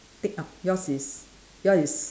tick up yours is your is